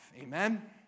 Amen